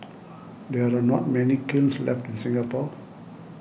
there are not many kilns left in Singapore